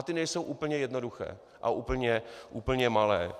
Ty nejsou úplně jednoduché a úplně malé.